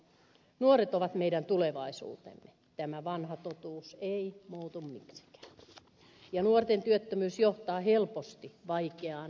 nuoret ovat meidän tulevaisuutemme tämä vanha totuus ei muutu miksikään ja nuorten työttömyys johtaa helposti vaikeaan syrjäytymiskierteeseen